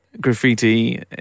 graffiti